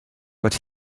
but